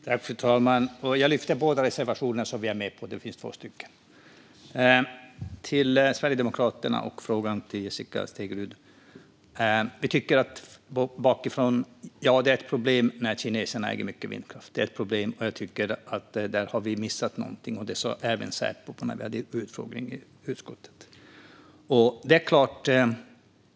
Fru talman! Jag yrkar bifall till båda de reservationer som vi är med på. Ja, Vänsterpartiet tycker att det är ett problem att kineserna äger mycket vindkraft. Där har vi missat någonting - det sa även Säpo under en utfrågning i utskottet.